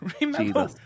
Remember